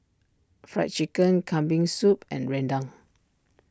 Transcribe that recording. Fried Chicken Kambing Soup and Rendang